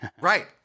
Right